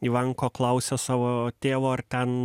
ivanko klausia savo tėvo ar ten